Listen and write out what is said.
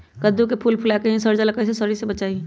कददु के फूल फुला के ही सर जाला कइसे सरी से बचाई?